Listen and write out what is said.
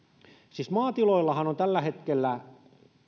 siis maatiloillahan on tällä hetkellä